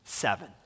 Seven